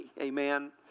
Amen